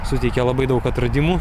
suteikė labai daug atradimų